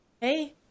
hey